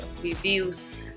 reviews